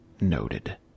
noted